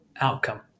outcome